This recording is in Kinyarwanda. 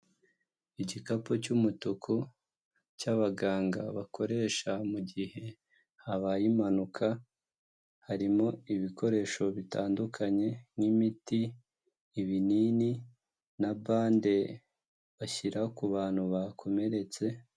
Igikapu cy'umutuku cy'abaganga bakoresha mugihe habaye impanuka, harimo ibikoresho bitandukanye n'imiti, ibinini na bande bashyira ku bantu bakomeretse.